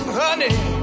honey